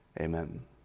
Amen